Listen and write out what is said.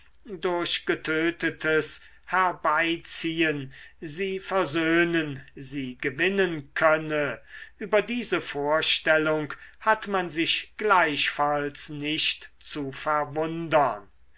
durch getötetes herbeiziehen sie versöhnen sie gewinnen könne über diese vorstellung hat man sich gleichfalls nicht zu verwundern